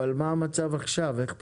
אבל מה המצב עכשיו איך פותרים?